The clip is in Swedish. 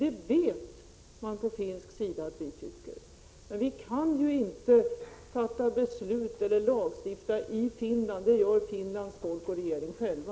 Det vet man på finsk sida att vi tycker, men vi kan inte fatta beslut eller lagstifta i Finland. Det gör Finlands folk och regering själva.